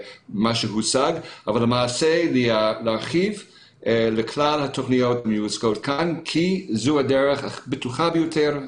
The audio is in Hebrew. אבל למעשה להרחיב לכלל התוכניות המיוצגות כאן כי זו הדרך הבטוחה ביותר,